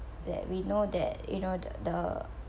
that we know that you know the the